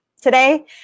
today